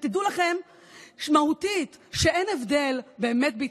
ותדעו לכם שמהותית אין באמת הבדל בין